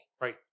Right